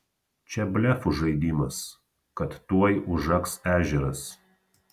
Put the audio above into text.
čia blefų žaidimas kad tuoj užaks ežeras